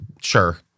Sure